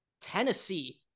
Tennessee